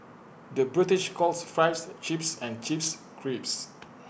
the British calls Fries Chips and Chips Crisps